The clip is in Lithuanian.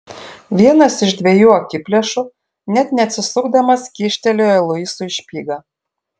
vienas iš dviejų akiplėšų net neatsisukdamas kyštelėjo luisui špygą